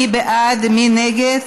מי בעד ומי נגד?